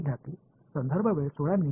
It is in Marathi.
विद्यार्थीः